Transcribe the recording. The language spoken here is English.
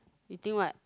you think what